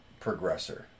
progressor